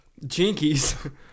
Jinkies